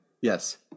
Yes